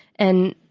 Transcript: and,